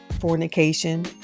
fornication